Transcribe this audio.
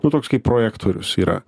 nu toks kaip projektorius yra